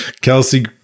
Kelsey